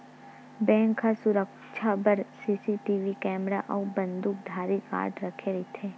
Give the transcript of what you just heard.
bank ह सुरक्छा बर सीसीटीवी केमरा अउ बंदूकधारी गार्ड राखे रहिथे